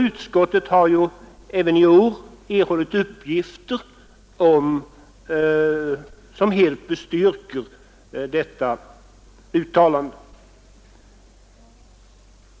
Utskottet har också i år erhållit uppgifter som helt bestyrker detta uttalande.